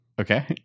Okay